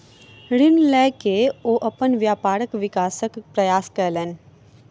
ऋण लय के ओ अपन व्यापारक विकासक प्रयास कयलैन